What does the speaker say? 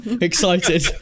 Excited